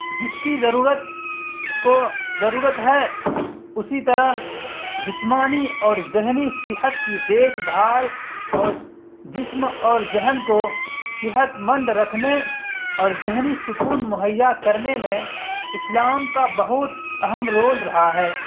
جس کی ضرورت کو ضرورت ہے اسی طرح جسمانی اور ذہنی صحت کی دیکھ بھال اور جسم اور ذہن کو صحتمند رکھنے اور ذہنی سکون مہیا کرنے میں اسلام کا بہت اہم رول رہا ہے